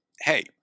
Hey